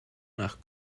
nach